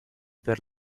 per